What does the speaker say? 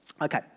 Okay